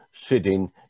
sitting